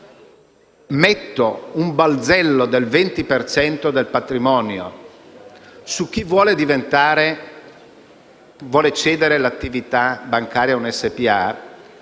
si mette un balzello del 20 per cento del patrimonio su chi vuole cedere l'attività bancaria a una SpA,